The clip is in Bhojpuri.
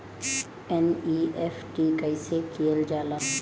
एन.ई.एफ.टी कइसे कइल जाला?